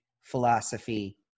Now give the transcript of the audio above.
philosophy